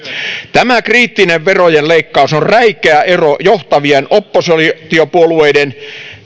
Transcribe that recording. tämä kriittinen verojen leikkaus on räikeä ero johtavien oppositiopuolueiden